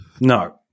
No